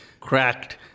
cracked